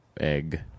Egg